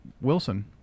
Wilson